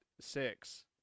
six